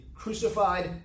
crucified